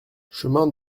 chemin